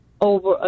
over